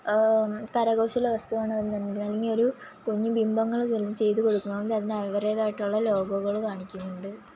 കരകൗശലവസ്തുവാണെന്നുണ്ടെങ്കിൽ അല്ലെങ്കിൽ ഒരു കുഞ്ഞ് ബിംബങ്ങൾ പോലും ചെയ്ത് കൊടുക്കണമെങ്കിൽ അതിന് അവരുടേതായിട്ടുള്ള ലോഗോകൾ കാണിക്കുന്നുണ്ട്